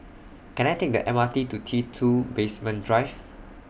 Can I Take The M R T to T two Basement Drive